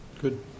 Good